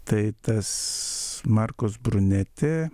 tai tas markos brunetė